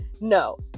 No